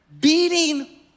beating